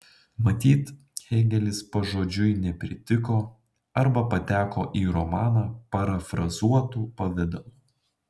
matyt hėgelis pažodžiui nepritiko arba pateko į romaną parafrazuotu pavidalu